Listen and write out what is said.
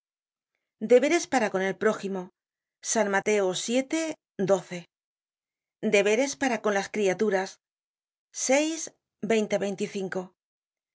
deberes para con el prójimo deberes para con las criaturas vi